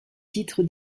titre